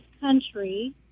country